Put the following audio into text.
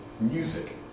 music